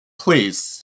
Please